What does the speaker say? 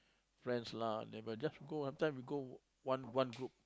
friends lah neighbour just go one time you go one one group